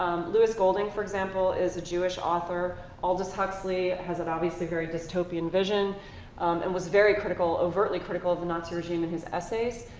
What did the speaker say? louis golding, for example, is a jewish author. aldous huxley has an obviously very dystopian vision and was very critical, overtly critical, of the nazi regime in his essays.